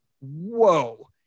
whoa